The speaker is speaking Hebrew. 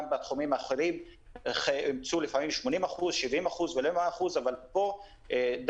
גם בתחומים אחרים אימצו לפעמים 70% או 80% ולא 100% אבל פה דווקא